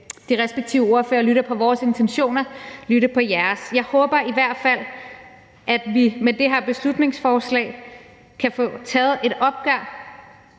de respektive ordførere lytter til vores intentioner, vil vi også lytte til jeres. Jeg håber i hvert fald, at vi med det her beslutningsforslag kan få taget et opgør